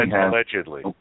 Allegedly